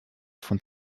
von